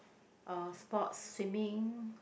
uh sports swimming